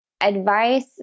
advice